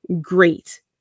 great